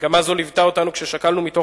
מגמה זו ליוותה אותנו כששקלנו את מתן